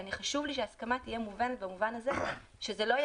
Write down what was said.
חשוב לי שההסכמה תהיה מובנת מהבחינה שזה לא יהיה